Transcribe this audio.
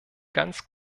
ganz